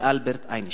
זה אלברט איינשטיין.